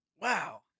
Wow